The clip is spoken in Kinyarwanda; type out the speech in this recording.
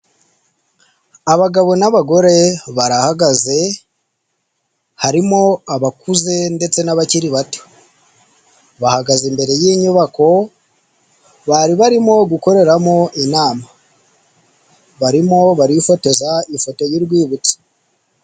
Abagabo n'abagore barahagaze harimo abakuze ndetse n'abakiri bato, bahagaze imbere y'inyubako bari barimo gukoreramo inama barimo barifotoza ifoto y'urwibutso.